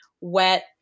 wet